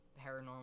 paranormal